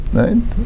right